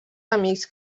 amics